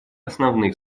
основных